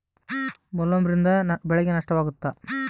ಬೊಲ್ವರ್ಮ್ನಿಂದ ಬೆಳೆಗೆ ನಷ್ಟವಾಗುತ್ತ?